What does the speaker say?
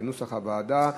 כנוסח הוועדה,